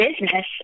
business